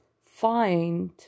find